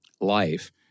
life